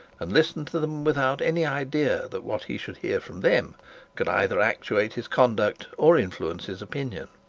and listened to them without any idea that what he should hear from them could either actuate his conduct or influence his opinion.